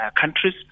countries